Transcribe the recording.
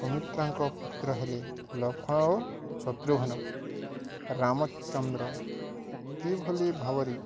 ସୁମିତ୍ରାଙ୍କ ପୁତ୍ର ହେଲେ ଲକ୍ଷ୍ମଣ ଓ ଶତ୍ରୁଘ୍ନ ରାମଚନ୍ଦ୍ର କିଭଳି ଭାବରେ